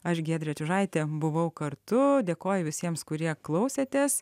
aš giedrė čiužaitė buvau kartu dėkoju visiems kurie klausėtės